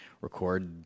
record